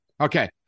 Okay